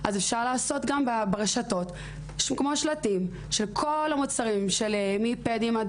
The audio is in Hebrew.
אפשר לעשות גם ברשתות כמו שלטים של כל המוצרים מפדים עד